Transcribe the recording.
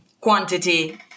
quantity